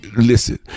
listen